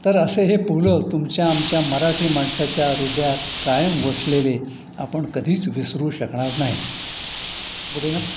तर असे हे पु ल तुमच्या आमच्या मराठी माणसाच्या ह्रदयात कायम वसलेले आपण कधीच विसरू शकणार नाही गुड इनफ